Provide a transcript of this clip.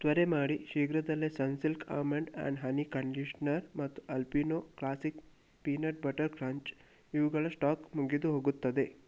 ತ್ವರೆ ಮಾಡಿ ಶೀಘ್ರದಲ್ಲೇ Sunsilk almond and honey conditioner ಮತ್ತು Alpino classic peanut butter crunch ಇವುಗಳ ಸ್ಟಾಕ್ ಮುಗಿದು ಹೋಗುತ್ತದೆ